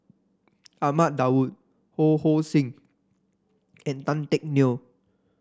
Ahmad Daud Ho Hong Sing and Tan Teck Neo